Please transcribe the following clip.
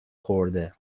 خورده